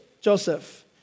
Joseph